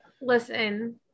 listen